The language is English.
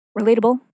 Relatable